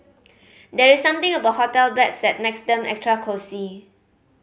there's something about hotel beds that makes them extra cosy